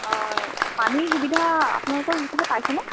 অঁ পানীৰ সুবিধা আপোনালোকৰ সেইফালে পাইছেনে